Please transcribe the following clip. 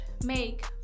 make